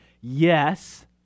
yes